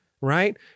Right